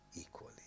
equally